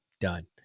Done